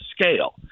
scale